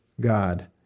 God